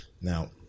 Now